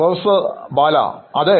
professor Bala അതെ